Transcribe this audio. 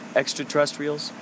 extraterrestrials